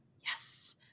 yes